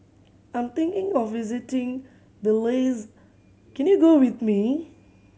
I'm thinking of visiting Belize can you go with me